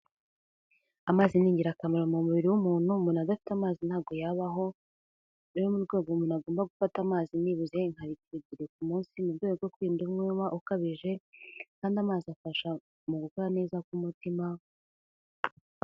Amazi ni ingirakamaro mu mubiri w'umuntu, umuntu adafite amazi ntabwo yabaho, rero mu rwego umuntu agomba gufata amazi nibuze nka litiro ebyiri ku munsi mu rwego rwo kwirinda umwuma ukabije kandi amazi afasha mu gukora neza k'umutima.